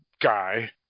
guy